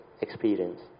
experience